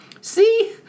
See